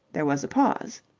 there was a pause.